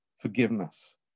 forgiveness